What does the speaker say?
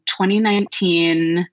2019